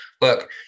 Look